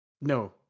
No